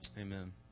Amen